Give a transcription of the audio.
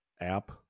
app